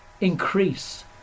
increase